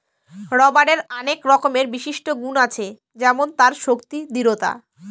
রবারের আনেক রকমের বিশিষ্ট গুন আছে যেমন তার শক্তি, দৃঢ়তা